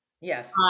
Yes